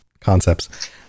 concepts